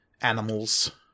animals